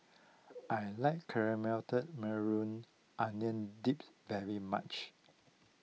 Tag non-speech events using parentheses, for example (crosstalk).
(noise) I like Carameled Maui Onion Dip very much